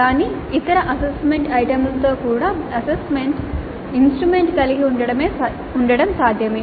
కానీ ఇతర అసెస్మెంట్ ఐటెమ్లతో కూడా అసెస్మెంట్ ఇన్స్ట్రుమెంట్ కలిగి ఉండటం సాధ్యమే